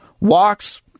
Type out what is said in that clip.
walks